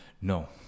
No